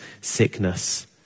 sickness